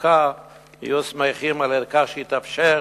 שבמצוקה יהיו שמחים על-ידי כך שיתאפשר